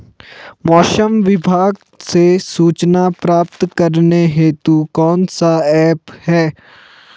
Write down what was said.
मौसम विभाग से सूचना प्राप्त करने हेतु कौन सा ऐप है?